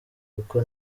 kuko